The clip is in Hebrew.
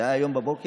זה היה היום בבוקר,